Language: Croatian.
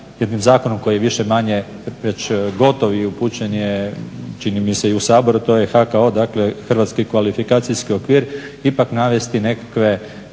jednim zakonom koji je više-manje već gotov i upućen je čini mi se i u Sabor, a to je HKO - Hrvatski kvalifikacijski okvir ipak navesti neki